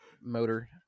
motor